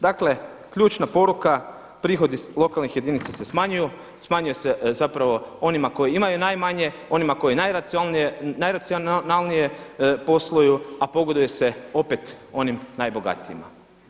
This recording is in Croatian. Dakle ključna poruka prihodi lokalnih jedinica se smanjuju, smanjuje se zapravo onima koji imaju najmanje, onima koji najracionalnije posluju a pogoduje se opet onim najbogatijima.